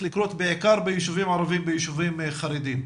לקרות בעיקר בישובים ערביים ובישובים חרדים.